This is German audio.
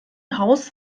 haus